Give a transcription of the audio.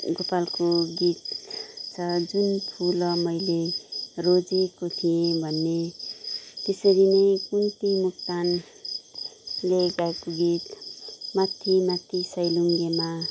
गोपालको गीत छ जुन फुल मैले रोजेको थिएँ भन्ने त्यसरी नै कुन्ती मोक्तानले गाएको गीत माथि माथि सैलुङ्गेमा